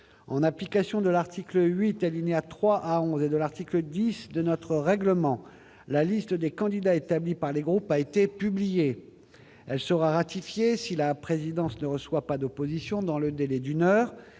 En application de l'article 8, alinéas 3 à 11, et de l'article 10 de notre règlement, la liste des candidats établie par les groupes a été publiée. Elle sera ratifiée si la présidence ne reçoit pas d'opposition dans le délai d'une heure.